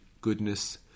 goodness